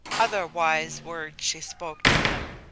other wise words she spoke to him,